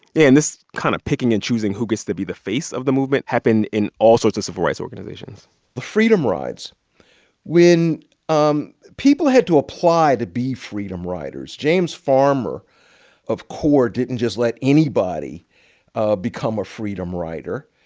yeah and this kind of picking and choosing who gets to be the face of the movement happened in all sorts of civil rights organizations the freedom rides when um people had to apply to be freedom riders. james farmer of core didn't just let anybody ah become a freedom rider.